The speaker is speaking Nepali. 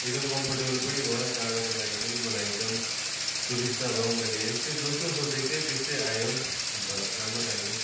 एकदम कम्फर्टेबल पनि भयो जाडोको लागि पनि मलाई एकदम सुबिस्ता भयो मैले यस्तै जस्तो सोचेको थिएँ त्यस्तै आयो अन्त राम्रै लाग्यो